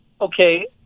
Okay